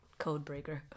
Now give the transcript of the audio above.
Codebreaker